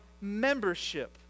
membership